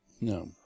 No